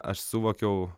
aš suvokiau